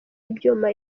ibyuma